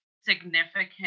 significant